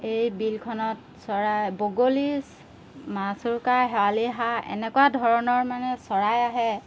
এই বিলখনত চৰাই বগলী মাছুৰুকা শৰালি হাঁহ এনেকুৱা ধৰণৰ মানে চৰাই আহে